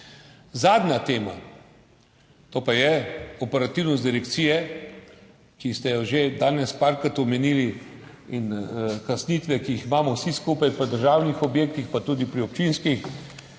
Zadnja tema, to pa je operativnost direkcije, ki ste jo že danes večkrat omenili, in kasnitve, ki jih imamo vsi skupaj pri državnih objektih pa tudi pri občinskih.